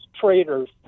traitors